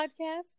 podcast